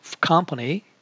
company